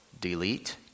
delete